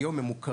היום הם מוכרים,